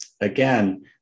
Again